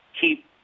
keep